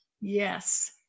Yes